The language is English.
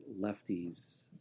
lefties